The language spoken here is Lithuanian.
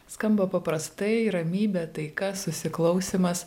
skamba paprastai ramybė taika susiklausymas